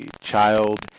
child